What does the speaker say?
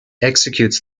executes